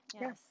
yes